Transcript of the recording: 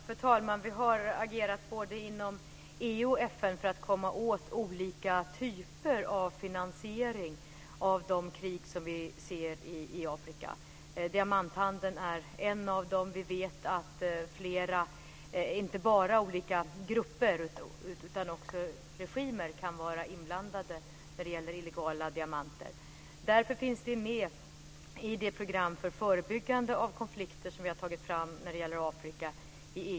Fru talman! Vi har agerat inom både EU och FN för att komma åt olika typer av finansiering av de krig som vi ser i Afrika. Diamanthandeln är en av dem. Vi vet att flera, inte bara olika grupper utan också regimer, kan vara inblandade när det gäller illegala diamanter. Därför finns det med i det program för förebyggande av konflikter som vi i EU har tagit fram när det gäller Afrika.